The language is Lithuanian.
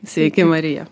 sveiki marija